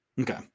Okay